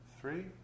three